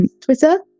Twitter